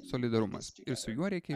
solidarumas ir su juo reikia